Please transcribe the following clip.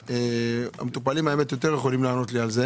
שתיים, המטופלים יותר יכולים לענות לי על זה